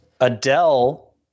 Adele